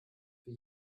für